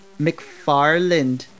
McFarland